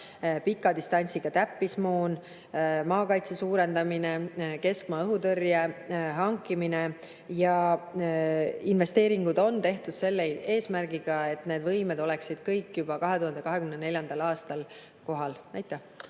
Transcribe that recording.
pika distantsiga täppismoon, maakaitse suurendamine, keskmaa õhutõrje hankimine. Need investeeringud on tehtud eesmärgiga, et need võimed oleksid kõik juba 2024. aastal olemas. Aitäh!